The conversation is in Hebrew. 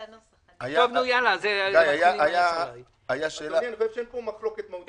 אדוני, אני חושב שאין פה מחלוקת מהותית.